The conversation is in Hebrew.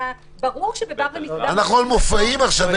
ברור שבבר או במסעדה --- אנחנו מדברים על מופעים עכשיו,